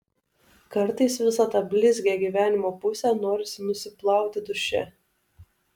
kartais visą tą blizgią gyvenimo pusę norisi nusiplauti duše